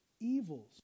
evils